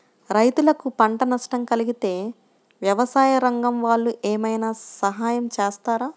రైతులకు పంట నష్టం కలిగితే వ్యవసాయ రంగం వాళ్ళు ఏమైనా సహాయం చేస్తారా?